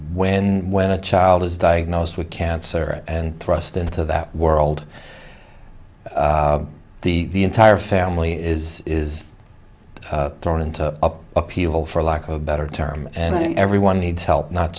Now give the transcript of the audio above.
when when a child is diagnosed with cancer and thrust into that world the entire family is is thrown into a appeal for lack of a better term and everyone needs help not